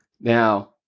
Now